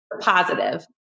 positive